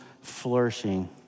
flourishing